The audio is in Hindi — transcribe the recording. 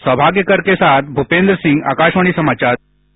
सौभाग्यकर के साथ भूपेन्द्र सिंह आकाशवाणी समाचार दिल्ली